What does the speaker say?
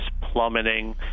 plummeting